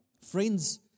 Friends